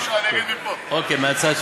אוקיי, מהצד.